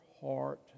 heart